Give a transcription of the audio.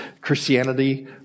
Christianity